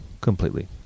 Completely